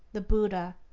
the buddha,